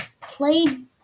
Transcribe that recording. played